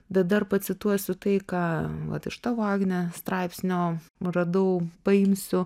bet dar pacituosiu tai ką vat iš tavo agne straipsnio radau paimsiu